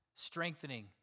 Strengthening